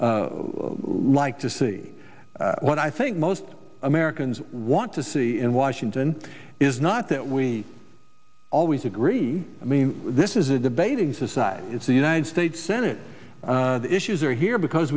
like to see what i think most americans want to see in washington is not that we always agree i mean this is a debating society it's the united states senate the issues are here because